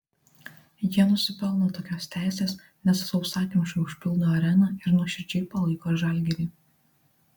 jie nusipelno tokios teisės nes sausakimšai užpildo areną ir nuoširdžiai palaiko žalgirį